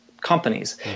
companies